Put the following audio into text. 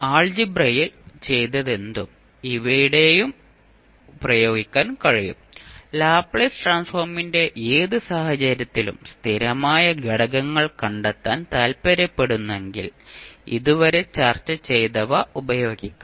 ആൽജിബ്രയിൽ ചെയ്തതെന്തും ഇവിടെയും പ്രയോഗിക്കാൻ കഴിയും ലാപ്ലേസ് ട്രാൻസ്ഫോർമിൻറെ ഏത് സാഹചര്യത്തിലും സ്ഥിരമായ ഘടകങ്ങൾ കണ്ടെത്താൻ താൽപ്പര്യപ്പെടുന്നെങ്കിൽ ഇതുവരെ ചർച്ച ചെയ്തവ ഉപയോഗിക്കാം